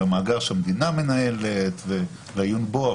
על מאגר שהמדינה מנהלת והעיון בו.